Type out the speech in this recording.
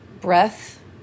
breath